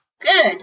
Good